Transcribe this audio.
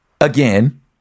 again